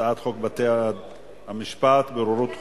הצבעה בהצעת חוק בתי-המשפט (בוררות חובה)